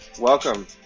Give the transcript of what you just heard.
Welcome